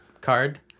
card